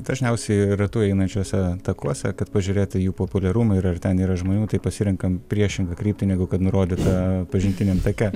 dažniausiai ratu einančiuose takuose kad pažiūrėt į jų populiarumą ir ar ten yra žmonių tai pasirenkam priešingą kryptį negu kad nurodyta pažintiniam take